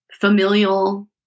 familial